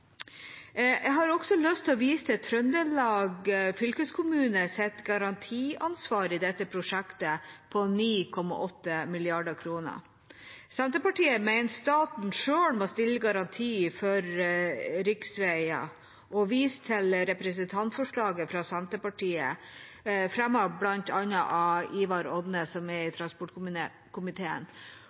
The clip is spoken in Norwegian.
Jeg har også lyst til å vise til Trøndelag fylkeskommunes garantiansvar i dette prosjektet på 9,8 mrd. kr. Senterpartiet mener staten selv må stille garanti for riksveier og viser til representantforslaget fra Senterpartiet, fremmet bl.a. av Ivar Odnes i transportkomiteen, om mindre bompenger gjennom statlig overtakelse av garanti på bompengelån. Senterpartiet mener det er